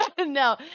no